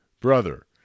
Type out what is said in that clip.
brother